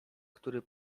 który